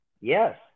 Yes